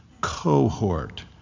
cohort